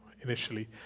initially